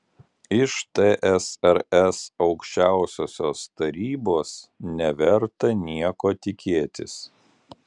iš tsrs aukščiausiosios tarybos neverta nieko tikėtis